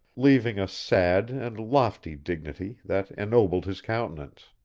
leaving a sad and lofty dignity that ennobled his countenance.